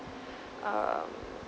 um